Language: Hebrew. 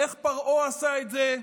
איך פרעה עשה את זה?